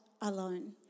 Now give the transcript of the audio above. alone